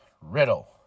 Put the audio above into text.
Riddle